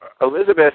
Elizabeth